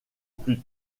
plus